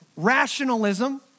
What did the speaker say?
Rationalism